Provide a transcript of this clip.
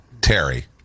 Terry